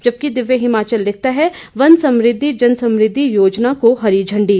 जबकि दिव्य हिमाचल लिखता है वन समृद्धि जन समृद्धि योजना को हरी झंडी